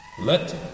Let